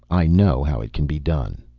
i know how it can be done.